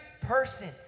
person